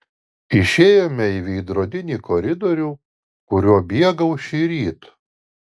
išėjome į veidrodinį koridorių kuriuo bėgau šįryt